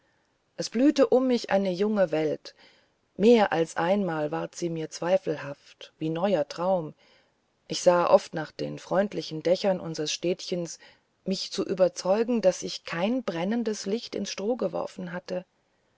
es blühte um mich eine junge welt mehr als einmal ward sie mir zweifelhaft wie neuer traum ich sah oft nach den freundlichen dächern unsers städtchens mich zu überzeugen daß ich kein brennendes licht ins stroh geworfen hatte